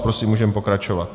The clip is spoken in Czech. Prosím, můžeme pokračovat.